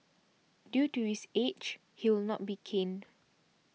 due to his age he will not be caned